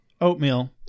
Oatmeal